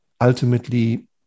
ultimately